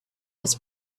was